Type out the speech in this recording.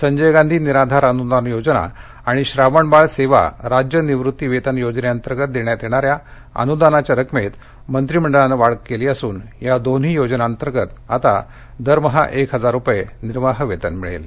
संजय गांधी निराधार अनुदान योजना आणि श्रावणबाळ सेवा राज्य निवृत्ती वेतन योजनेअंतर्गत देण्यात येणाऱ्या अनुदानाच्या रकमेत मंत्रिमंडळानं वाढ केली असून या दोन्ही योजनातर्गत आता दरमहा एक हजार रुपये निर्वाह वेतन मिळेल